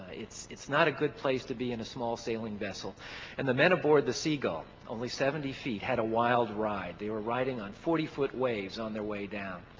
it's it's not a good place to be in a small sailing vessel and the men aboard the seagull, only seventy feet, had a wild ride. they were riding on forty foot waves on their way down.